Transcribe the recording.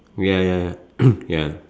ya ya ya ya